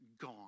gone